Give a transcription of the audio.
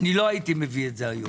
לא הייתי מביא את זה היום,